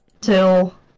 till